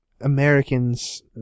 Americans